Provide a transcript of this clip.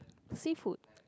seafood